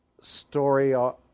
story